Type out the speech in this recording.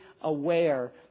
aware